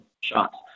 shots